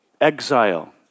exile